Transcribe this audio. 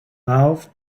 mount